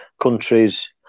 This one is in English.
countries